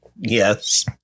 yes